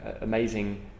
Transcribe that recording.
amazing